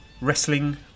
Wrestling